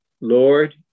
Lord